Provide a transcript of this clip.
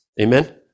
Amen